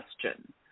question